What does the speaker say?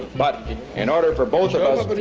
but in order for both us,